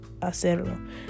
hacerlo